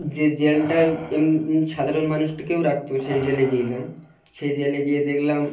যে জেলটায় এমনি সাধারণ মানুষটাকেও রাখতো সেই জেলে গেলাম সেই জেলে গিয়ে দেখলাম